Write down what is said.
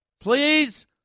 please